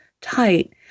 tight